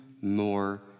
more